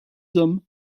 hommes